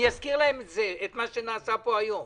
אזכיר להם את מה שנעשה פה היום.